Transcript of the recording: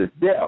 death